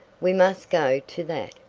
we must go to that.